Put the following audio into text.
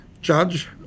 judge